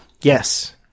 Yes